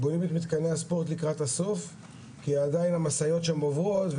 בונים את מתקני הספורט לקראת הסוף כי עדיין המשאיות שם עוברות,